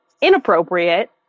inappropriate